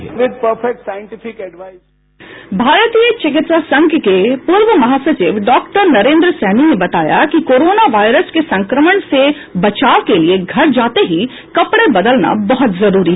भारतीय चिकित्सा संघ के पूर्व महासचिव डॉ नरेन्द्र सैनी ने बताया कि कोरोना वायरस के संक्रमण से बचाव के लिए घर जाते ही कपड़े बदलना बहुत जरूरी है